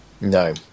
No